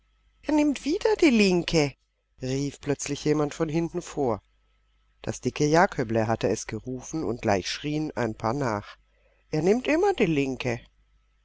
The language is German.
er nimmt wieder die linke rief plötzlich jemand von hinten vor das dicke jaköble hatte es gerufen und gleich schrieen ein paar nach er nimmt immer die linke